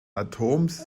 atoms